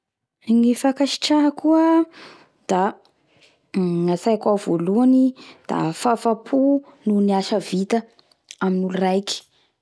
La mieritseritsy ny teny fakasitraha iaho o da gny tonga atsaiko ao voalohany ny olo manao soa ategna regny isaora akasitraha gnolo manao soa ategna